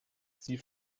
sie